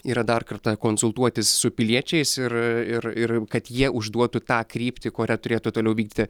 yra dar kartą konsultuotis su piliečiais ir ir ir kad jie užduotų tą kryptį kuria turėtų toliau vykdyti